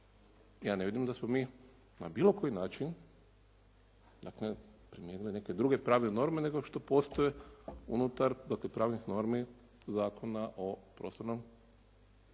ja ne vidim da smo mi na bilo koji način, dakle tu nije bilo neke druge pravne norme nego što postoje unutar pravnih normi Zakona o prostornom uređenju